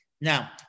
now